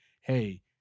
Hey